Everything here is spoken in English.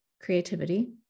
creativity